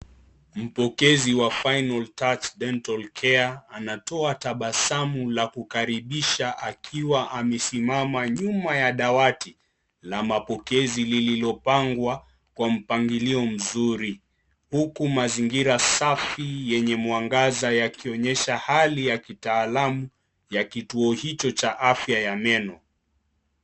Mpokezi wa Final Touch Dental Care anatoa tabasamu la kukaribisha akiwa amesimama nyuma ya dawati la mapokezi lililopangwa kwa mpangilio mzuri huku mazingira safi yenye mwangaza yakionyesha hali ya kitaalamu ya kituo hicho cha afya ya meno.